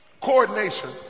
Coordination